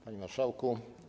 Panie Marszałku!